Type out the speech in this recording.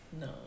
no